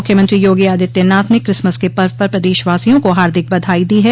मुख्यमंत्री योगी आदित्यनाथ ने क्रिसमस के पर्व पर प्रदेशवासियों को हार्दिक बधाई दी है